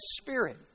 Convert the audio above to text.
Spirit